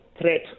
threat